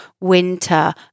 winter